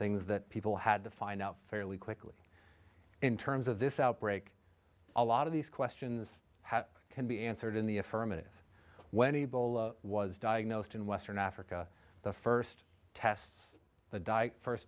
things that people had to find out fairly quickly in terms of this outbreak a lot of these questions can be answered in the affirmative when ebola was diagnosed in western africa the first tests the dye first